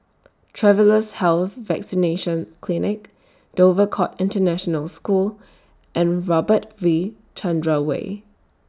Travellers' Health Vaccination Clinic Dover Court International School and Robert V Chandran Way